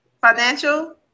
financial